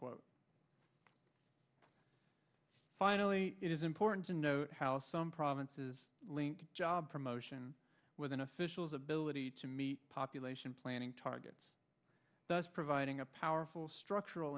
finally it is important to note how some province's link job promotion with an official's ability to meet population planning targets thus providing a powerful structural